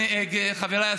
חבריי השרים,